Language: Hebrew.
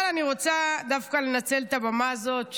אבל אני רוצה דווקא לנצל את הבמה הזאת,